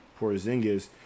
Porzingis